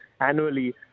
annually